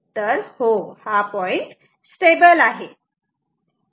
तर हो हा पॉईंट स्टेबल आहे